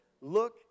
look